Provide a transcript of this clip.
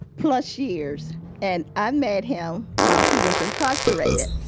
plus years and i met him while he was incarcerated.